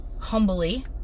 humbly